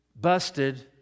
busted